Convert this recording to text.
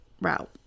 route